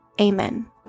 Amen